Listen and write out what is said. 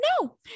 no